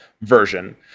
version